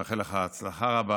אני מאחל לך הצלחה רבה.